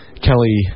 Kelly